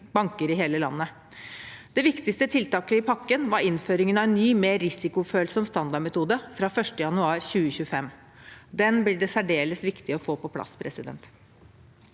banker i hele landet. Det viktigste tiltaket i pakken var innføringen av en ny, mer risikofølsom standardmetode fra 1. januar 2025. Den blir det særdeles viktig å få på plass. En annen